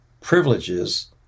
privileges